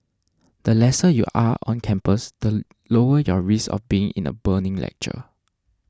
the lesser you are on campus the lower your risk of being in a burning lecture